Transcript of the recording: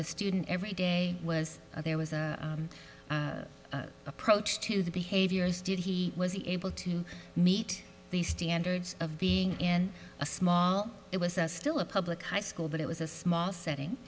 the student every day was there was an approach to the behaviors did he was able to meet the standards of being in a small it was still a public high school but it was a small setting